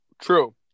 true